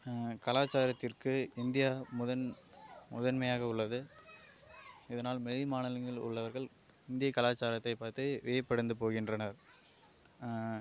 கலாச்சாரத்திற்கு இந்தியா முதன் முதன்மையாக உள்ளது இதனால் வெளி மாநிலங்களில் உள்ளவர்கள் இந்திய கலாச்சாரத்தைப் பார்த்து வியப்படைந்து போகின்றனர்